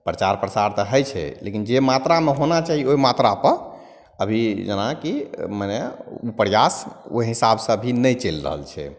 प्रचार प्रसार तऽ होइ छै लेकिन जे मात्रामे होना चाही ओहि मात्रापर अभी जेनाकि मने ओ प्रयास ओहि हिसाबसे अभी नहि चलि रहल छै